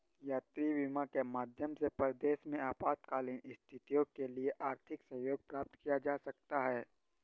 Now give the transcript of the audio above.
यात्री बीमा के माध्यम से परदेस में आपातकालीन स्थितियों के लिए आर्थिक सहयोग प्राप्त किया जा सकता है